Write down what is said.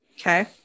Okay